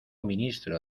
ministro